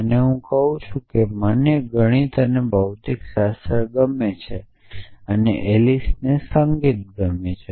હવે હું કહું છું કે મને ગણિત અને ભૌતિકશાસ્ત્ર ગમે છે અને એલિસને સંગીત ગમે છે